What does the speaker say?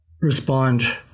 respond